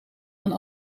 aan